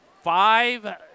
five